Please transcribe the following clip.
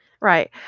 right